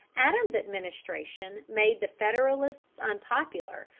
adams's administration made the federalists unpopular,